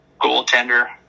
goaltender